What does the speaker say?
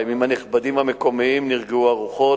עם הנכבדים המקומיים נרגעו הרוחות,